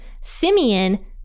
Simeon